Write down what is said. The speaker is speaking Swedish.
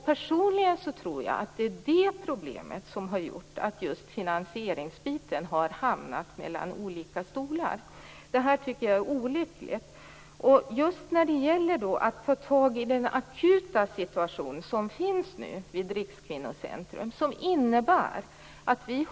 Personligen tror jag att det är det problemet som har gjort att just finansieringsbiten har hamnat mellan olika stolar. Det tycker jag är olyckligt. Just nu gäller att få grepp om den akuta situation som råder vid Rikskvinnocentrum.